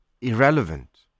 irrelevant